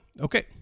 okay